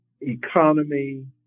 economy